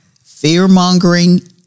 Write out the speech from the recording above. fear-mongering